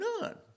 None